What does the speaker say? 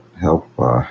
help